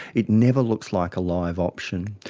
it never looks like a live option.